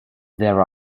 there